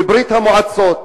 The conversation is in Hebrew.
מברית-המועצות.